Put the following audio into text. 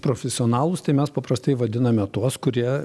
profesionalūs tai mes paprastai vadiname tuos kurie